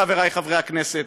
חברי חברי הכנסת,